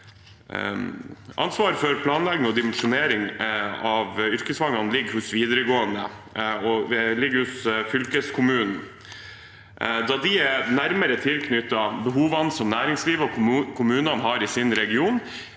Ansvaret for planlegging og dimensjonering av yrkesfagene ligger hos fylkeskommunen. Da de er nærmere tilknyttet behovene som næringslivet og kommunene har i sin region,